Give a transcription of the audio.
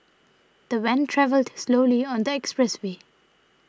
the van travelled slowly on the expressway